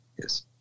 Yes